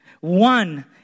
One